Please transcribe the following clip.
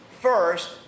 first